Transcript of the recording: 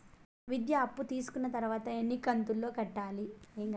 విద్య అప్పు తీసుకున్న తర్వాత ఎన్ని కంతుల లో కట్టాలి?